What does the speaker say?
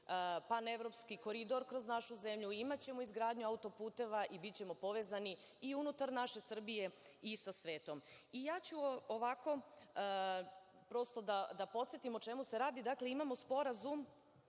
panevropski koridor kroz našu zemlju, imaćemo izgradnju autoputeva i bićemo povezani i unutar naše Srbije i sa svetom. Da podsetim o čemu se radi. Dakle, imamo sporazum